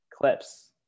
clips